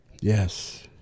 Yes